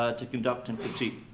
ah to conduct and critique.